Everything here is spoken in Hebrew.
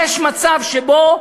יש מצב שבו,